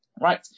Right